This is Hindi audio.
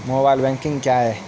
मोबाइल बैंकिंग क्या है?